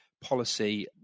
policy